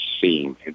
seen